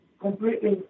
completely